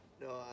No